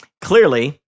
Clearly